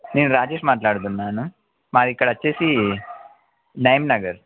నేను రాకేష్ మాట్లాడుతున్నాను మాది ఇక్కడొచ్చేసి నయిం నగర్